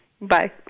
Bye